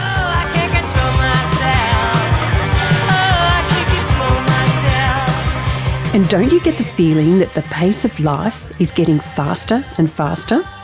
um and don't you get the feeling that the pace of life is getting faster and faster?